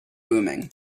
booming